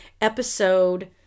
episode